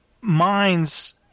minds